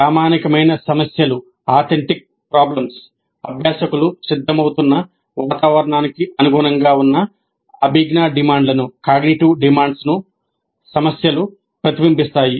ప్రామాణికమైన సమస్యలు అభ్యాసకులు సిద్ధమవుతున్న వాతావరణానికి అనుగుణంగా ఉన్న అభిజ్ఞా డిమాండ్లను సమస్యలు ప్రతిబింబిస్తాయి